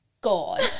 God